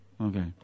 Okay